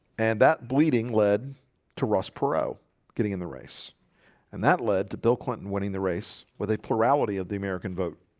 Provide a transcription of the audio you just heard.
and that bleeding led to ross perot getting in the race and that led to bill clinton winning the race with a plurality of the american vote